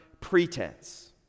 pretense